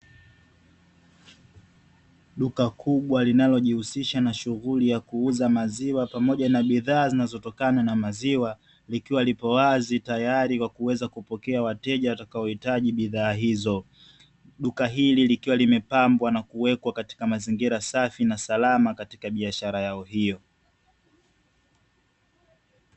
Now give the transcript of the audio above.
Duka kubwa linalo jihusisha na shughuli ya kuuza maziwa pamoja na bidhaa zinazotokana na maziwa, likiwa lipo wazi tayari kwa kuweza kupokea wateja watakao hitaji bidhaa hizo. Duka hili likiwa limepambwa na kuwekwa katika mazingira safi na salama katika biashara hiyo.